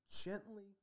gently